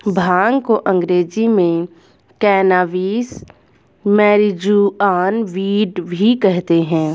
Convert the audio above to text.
भांग को अंग्रेज़ी में कैनाबीस, मैरिजुआना, वीड भी कहते हैं